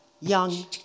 young